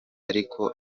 ariko